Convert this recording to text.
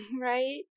Right